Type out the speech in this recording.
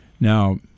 Now